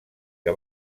que